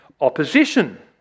opposition